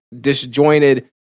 disjointed